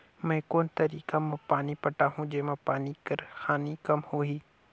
मैं कोन तरीका म पानी पटाहूं जेमा पानी कर हानि कम होही?